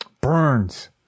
burns